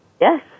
Yes